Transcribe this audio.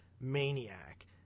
maniac